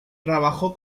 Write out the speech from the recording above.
trabajó